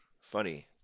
funny